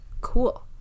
cool